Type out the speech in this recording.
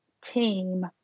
team